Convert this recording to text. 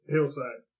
Hillside